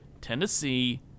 Tennessee